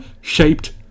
shaped